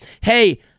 Hey